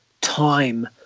time